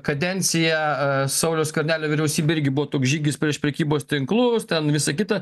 kadenciją sauliaus skvernelio vyriausybė irgi buvo toks žygis prieš prekybos tinklus ten visa kita